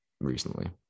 recently